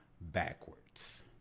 backwards